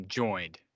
joined